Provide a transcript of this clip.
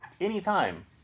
anytime